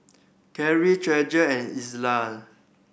Carry Treasure and Elza